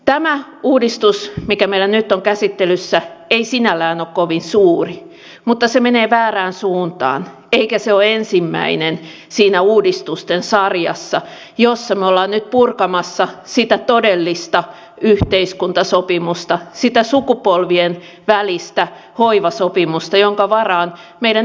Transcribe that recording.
tämä uudistus mikä meillä nyt on käsittelyssä ei sinällään ole kovin suuri mutta se menee väärään suuntaan eikä se ole ensimmäinen siinä uudistusten sarjassa jossa me olemme nyt purkamassa sitä todellista yhteiskuntasopimusta sitä sukupolvien välistä hoivasopimusta jonka varaan meidän yhteiskunta on rakennettu